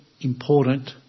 important